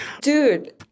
Dude